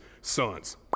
sons